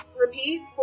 repeat